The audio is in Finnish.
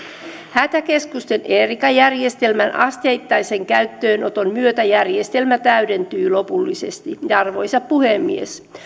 hätäkeskusten erica järjestelmän asteittaisen käyttöönoton myötä järjestelmä täydentyy lopullisesti arvoisa puhemies